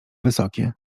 wysokie